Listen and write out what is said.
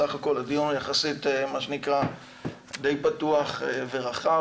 בסך הכול הדיון יחסית די פתוח ורחב.